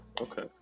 okay